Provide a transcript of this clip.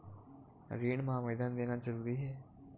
ऋण मा आवेदन देना जरूरी हे?